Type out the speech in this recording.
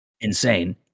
Insane